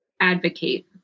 advocate